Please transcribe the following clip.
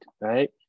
right